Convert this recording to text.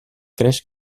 creix